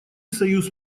союз